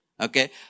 Okay